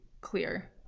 clear